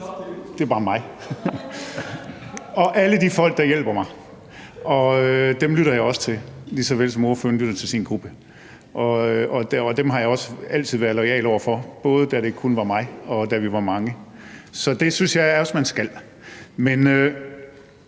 det er bare mig og alle de folk, der hjælper mig, og dem lytter jeg også til, lige såvel som ordføreren lytter til sin gruppe. De folk har jeg også altid været loyale over for, både da vi var mange, og nu hvor det kun er mig, og det synes jeg også man skal.